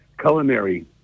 Culinary